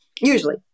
Usually